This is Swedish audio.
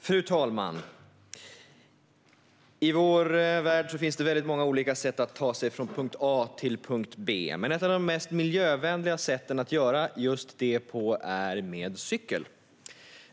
Fru talman! I vår värld finns det väldigt många olika sätt att ta sig från punkt A till punkt B. Men ett av de mest miljövänliga sätten att göra det är med cykel.